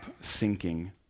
sinking